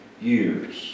years